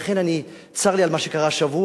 לכן צר לי על מה שקרה השבוע,